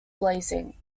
blazing